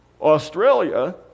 Australia